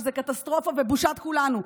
וזה קטסטרופה ובושת כולנו.